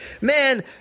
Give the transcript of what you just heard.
Man